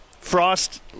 frost